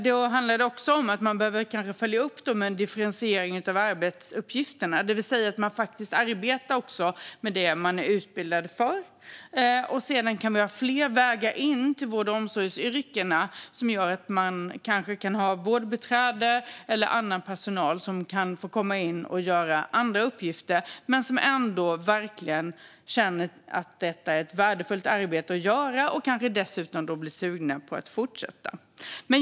Då handlar det också om att vi kanske behöver följa upp med en differentiering av arbetsuppgifterna, det vill säga att man faktiskt arbetar med det man är utbildad för. Sedan kan vi ha fler vägar in till vård och omsorgsyrkena så att vårdbiträden eller annan personal kan få komma in och göra andra uppgifter men ändå känna att detta verkligen är ett värdefullt arbete att göra - och kanske dessutom bli sugna på att fortsätta.